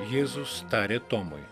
jėzus tarė tomui